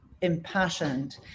impassioned